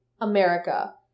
America